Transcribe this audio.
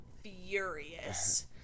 furious